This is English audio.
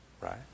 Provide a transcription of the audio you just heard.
right